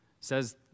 says